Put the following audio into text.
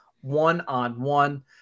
one-on-one